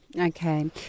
Okay